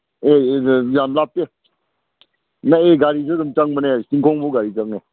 ꯑꯦ ꯑꯦ ꯌꯥꯝ ꯂꯥꯞꯇꯦ ꯟꯛꯑꯦ ꯒꯥꯔꯁꯨ ꯑꯗꯨꯝ ꯆꯪꯕꯅꯦ ꯆꯤꯡꯈꯣꯡꯐꯧ ꯒꯥꯔꯤ ꯆꯪꯉꯦ